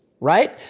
right